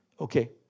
Okay